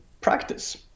practice